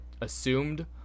assumed